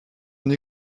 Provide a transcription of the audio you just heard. une